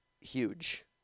huge